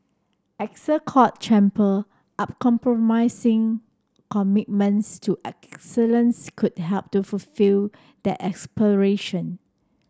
Essex Court Chamber uncompromising commitments to excellence could help to fulfil that aspiration